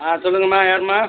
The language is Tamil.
ஆ சொல்லுங்கம்மா யாரும்மா